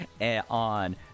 on